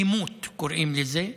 דימות קוראים לזה: